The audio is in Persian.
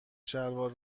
شلوار